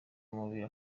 umubiri